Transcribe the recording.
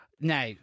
Now